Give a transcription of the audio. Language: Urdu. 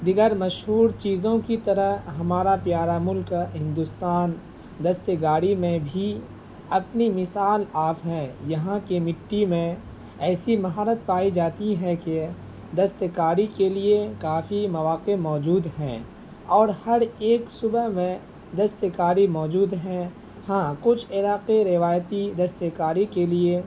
دیگر مشہور چیزوں کی طرح ہمارا پیارا ملک ہندوستان دستکاری میں بھی اپنی مثال آپ ہے یہاں کے مٹی میں ایسی مہارت پائی جاتی ہے کہ دستکاری کے لیے کافی مواقعے موجود ہیں اور ہر ایک صوبہ میں دستکاری موجود ہیں ہاں کچھ علاقے روایتی دستکاری کے لیے